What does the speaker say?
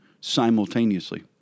simultaneously